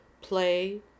play